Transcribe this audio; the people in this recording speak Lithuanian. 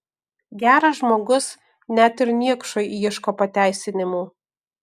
geras žmogus net ir niekšui ieško pateisinimų